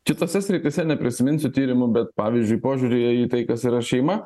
kitose srityse neprisiminsiu tyrimu bet pavyzdžiui požiūryje į tai kas yra šeima